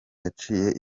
yaciye